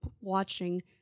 watching